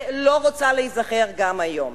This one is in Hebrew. ולא רוצה להיזכר גם היום.